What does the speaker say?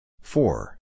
Four